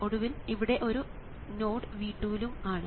ഒടുവിൽ ഇവിടെ ഈ നോഡ് V2 ലും ആണ്